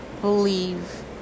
believe